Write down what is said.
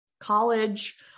college